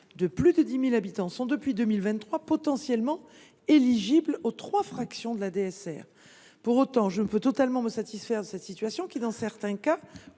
de plus de 10 000 habitants sont, depuis 2023, potentiellement éligibles aux trois fractions de la DSR. Pour autant, je ne peux totalement me satisfaire de cette situation, qui, dans certains cas,